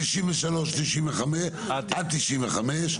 הסתייגויות 93 עד 95,